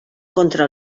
contra